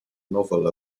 novel